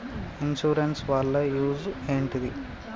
Insurance వాళ్ల use ఏంటిది?